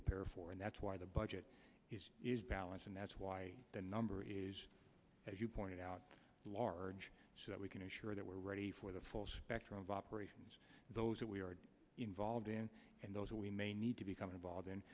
prepare for and that's why the budget is balanced and that's why the number is as you pointed out large so that we can ensure that we are ready for the full spectrum of operations those that we are involved in and those that we may need to become involved